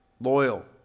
loyal